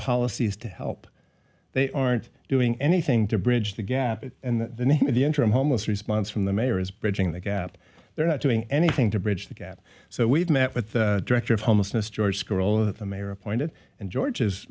policies to help they aren't doing anything to bridge the gap and the name of the interim homeless response from the mayor is bridging the gap they're not doing anything to bridge the gap so we've met with the director of homelessness george scroller the mayor appointed and george